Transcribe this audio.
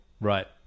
Right